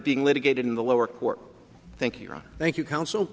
being litigated in the lower court thank you thank you counsel